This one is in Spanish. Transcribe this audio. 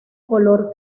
color